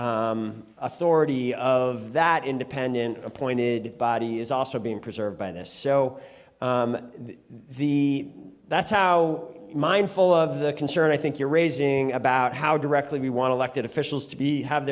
y authority of that independent appointed body is also being preserved by this so the that's how mindful of the concern i think you're raising about how directly we want to elected officials to be have